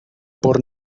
por